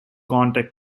contact